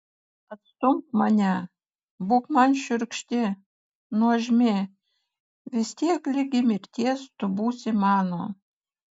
atstumk mane būk man šiurkšti nuožmi vis tiek ligi mirties tu būsi mano